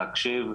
להקשיב,